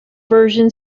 version